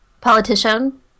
Politician